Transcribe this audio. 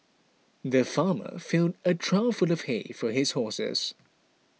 the farmer filled a trough full of hay for his horses